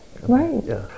Right